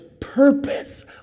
purpose